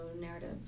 narrative